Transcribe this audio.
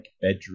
bedroom